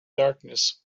darkness